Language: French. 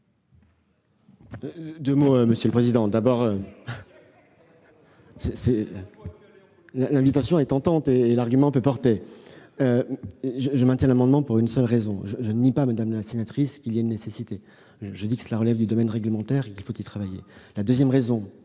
est à M. le secrétaire d'État. L'invitation est tentante, et l'argument peut porter ! Je maintiens l'amendement pour une seule raison. Je ne nie pas, madame la sénatrice, qu'il y ait une nécessité ; je dis que cela relève du domaine réglementaire et qu'il faut y travailler. Au risque